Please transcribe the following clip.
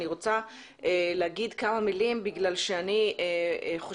אני רוצה להגיד כמה מילים בגלל שאני חוששת,